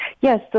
Yes